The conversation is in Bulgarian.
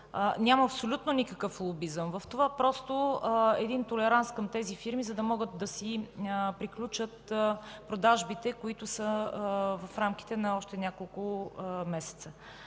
Няма абсолютно никакъв лобизъм в това. Просто е толеранс към българските фирми, за да могат да си приключат продажбите, които са в рамките на още няколко месеца.